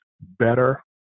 better